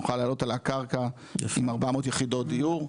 נוכל לעלות על הקרקע עם 400 יחידות דיור,